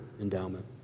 endowment